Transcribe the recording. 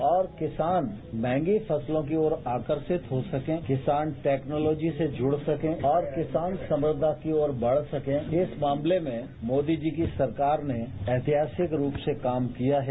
और किसान मंहगी फसलों के प्रति आकर्षित हो सकें किसान टैक्नॉलोजी से जुड़ सकें और किसान सफलता की और बढ़ सकें इस मामले में मोदी जी की सरकार ने ऐतिहासिक रूप से काम किया है